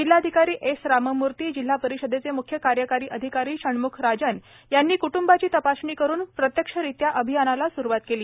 जिल्हाधिकारी एस राममूर्ती जिल्हा परिषदेचे म्ख्य कार्यकारी अधिकारी शणम्ख राजन यांनी क्टुंबाची तपासणी करून प्रत्यक्षरित्या अभियानाला सुरुवात केली